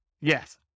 Yes